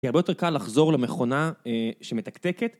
יהיה הרבה יותר קל לחזור למכונה שמתקתקת.